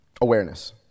Awareness